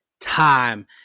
time